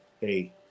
hey